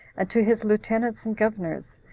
and to his lieutenants and governors,